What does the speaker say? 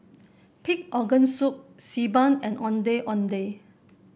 Pig Organ Soup Xi Ban and Ondeh Ondeh